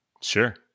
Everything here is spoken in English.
Sure